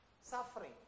suffering